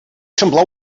semblar